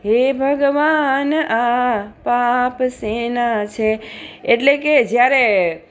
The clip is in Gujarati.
એટલે કે જ્યારે